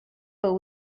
but